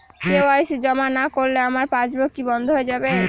KYC জমা না করলে আমার পাসবই কি বন্ধ হয়ে যাবে?